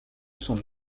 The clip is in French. son